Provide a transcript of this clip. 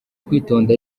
kwitonda